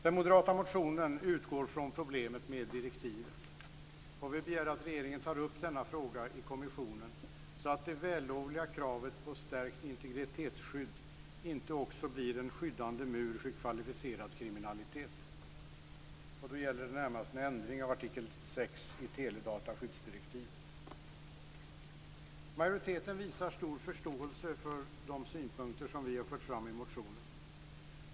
Den moderata motionen utgår från problemet med direktivet, och vi begär att regeringen tar upp denna fråga i kommissionen så att det vällovliga kravet på stärkt integritetsskydd inte också blir en skyddande mur för kvalificerad kriminalitet. Det gäller närmast en ändring av artikel 6 i teledataskyddsdirektivet. Majoriteten visar stor förståelse för de synpunkter som vi fört fram i motionen.